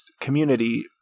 community